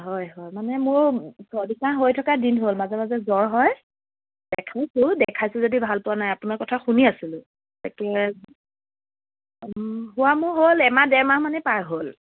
হয় হয় মানে মোৰ চৰ্দি কাঁহ হৈ থকা দিন হ'ল মাজে মাজে জ্বৰ হয় দেখাইছো দেখাইছো যদিও ভাল পোৱা নাই আপোনাৰ কথা শুনি আছিলো তাকে হোৱা মোৰ হ'ল এমাহ ডেৰ মাহ মানেই পাৰ হ'ল